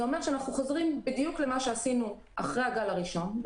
זה אומר שאנחנו חוזרים בדיוק למה שעשינו אחרי הגל הראשון.